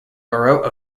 borough